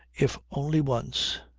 if only once,